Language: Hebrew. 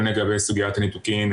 הן לגבי סוגיית הניתוקים,